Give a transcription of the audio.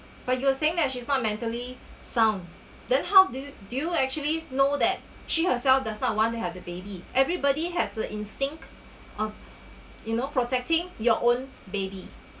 but you were saying that she's not mentally sound then how do do you actually know that she herself does not want to have a baby everybody has the instinct of you know protecting your own baby